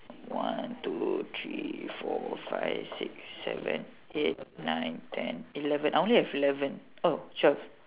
one two three four five six seven eight nine ten eleven I only have eleven oh twelve